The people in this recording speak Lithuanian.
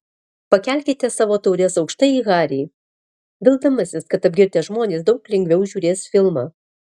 pakelkite savo taures aukštai į harį vildamasis kad apgirtę žmonės daug lengviau žiūrės filmą